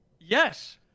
Yes